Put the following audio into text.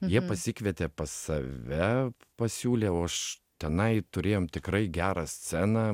jie pasikvietė pas save pasiūlė o aš tenai turėjom tikrai gerą sceną